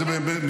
אני מבינה.